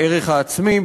בערך העצמי,